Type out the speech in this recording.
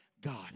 God